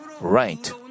right